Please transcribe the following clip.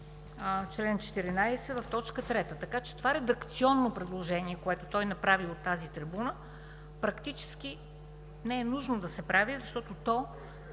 чл. 14, т. 3. Така че редакционното предложение, което той направи от трибуната, практически не е нужно да се прави, защото то